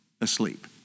asleep